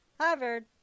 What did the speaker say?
Harvard